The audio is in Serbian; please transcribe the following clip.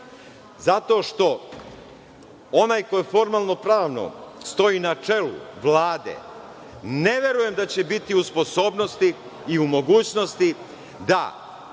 Zato što onaj ko formalno-pravno stoji na čelu ne verujem da će biti u sposobnosti i u mogućnosti da